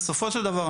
בסופו של דבר,